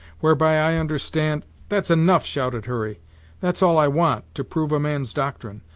whereby i understand that's enough! shouted hurry that's all i want, to prove a man's doctrine!